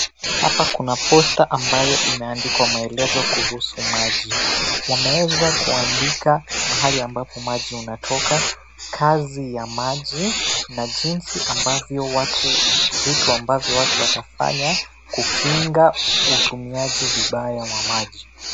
Hapa kuna posta ambayo imeandikwa maelezo kuhusu maji. Wameweza kuandika mahali ambapo maji inatoka, kazi ya maji na vitu ambavyo watu watafanya kukinga utumiaji vibaya wa maji.